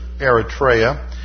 Eritrea